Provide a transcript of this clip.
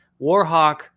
Warhawk